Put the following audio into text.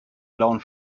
blauen